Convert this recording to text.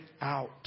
out